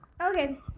Okay